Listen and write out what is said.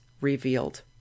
revealed